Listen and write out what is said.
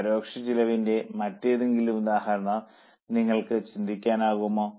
പരോക്ഷ ചെലവിന്റെ മറ്റേതെങ്കിലും ഉദാഹരണം നിങ്ങൾക്ക് ചിന്തിക്കാനാകുമോ